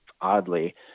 oddly